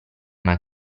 una